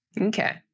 Okay